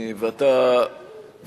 אז תבטלו, תבטלו.